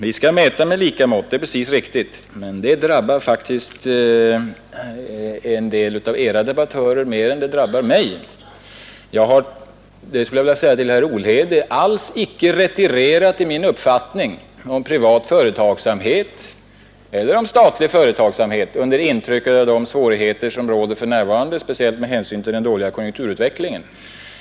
Vi skall mäta med lika mått, det är precis riktigt, men det drabbar faktiskt en del av Era debattörer mer än det drabbar mig. Jag har — det skulle jag vilja säga till herr Olhede — alls icke retirerat i min uppfattning om privat företagsamhet eller statlig företagsamhet under intryck av de svårigheter som råder för närvarande speciellt med hänsyn till den dåliga konjunkturutvecklingen.